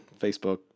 Facebook